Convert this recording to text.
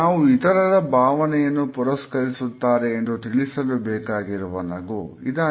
ನಾವು ಇತರರ ಭಾವನೆಯನ್ನು ಪುರಸ್ಕರಿಸುತ್ತಾರೆ ಎಂದು ತಿಳಿಸಲು ಬೇಕಾಗಿರುವ ನಗು ಇದಾಗಿದೆ